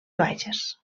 bages